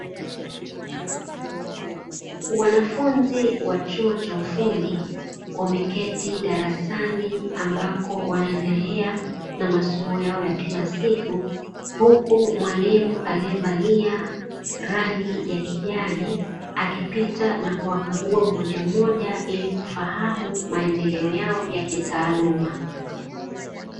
Wanafunzi wa chuo cha ufundi wameketi darasani, wakiendelea na masomo yao ya kila siku, huku mwalimu aliyevalia rangi ya kijani, akipita na kuwakagua mmoja mmoja ili kufahamu maendeleo yao kitaalamu.